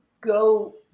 go